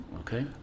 Okay